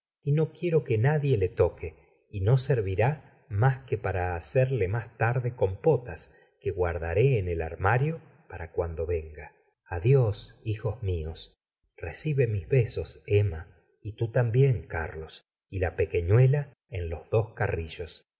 y no quiero que nadie le toque y no servirá más que para hacerle más tarde compotas que guardaré en el armario para cuando venga adios hijos míos recibe mi besos emma y tú también carlos y la pequeñuela en los dos carrillos